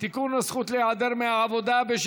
ותועבר לוועדת העבודה,